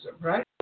right